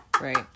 Right